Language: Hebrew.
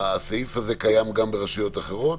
יש לנו את הסעיף הזה גם ברשויות אחרות?